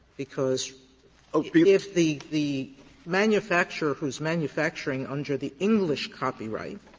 because ah but if the the manufacturer who is manufacturing under the english copyright,